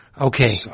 Okay